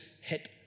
hit